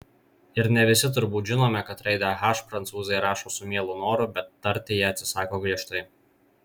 ir ne visi turbūt žinome kad raidę h prancūzai rašo su mielu noru bet tarti ją atsisako griežtai